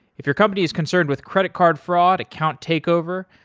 if your company is concerned with credit card fraud, account takeover,